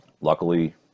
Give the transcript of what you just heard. luckily